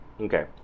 Okay